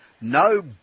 No